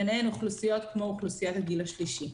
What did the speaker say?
ביניהן אוכלוסיות כמו אוכלוסיית הגיל השלישי.